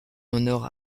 honore